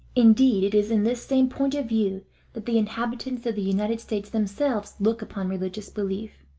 indeed, it is in this same point of view that the inhabitants of the united states themselves look upon religious belief.